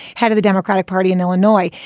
how did the democratic party in illinois?